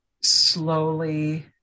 slowly